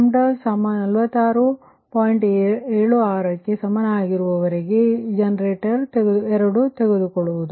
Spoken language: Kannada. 76 ಕ್ಕೆ ಸಮನಾಗಿರುವವರೆಗೆ ಇದನ್ನು ಜನರೇಟರ್ 2 ತೆಗೆದುಕೊಳ್ಳುತ್ತದೆ